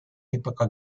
epoca